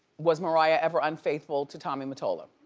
was mariah ever unfaithful to tommy mottola?